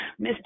mr